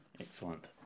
Excellent